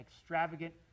extravagant